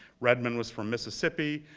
redmond was from mississippi.